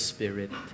Spirit